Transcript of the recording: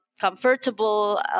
comfortable